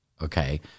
Okay